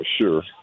sure